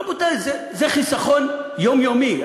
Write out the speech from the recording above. רבותי, זה חיסכון יומיומי.